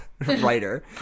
Writer